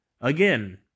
Again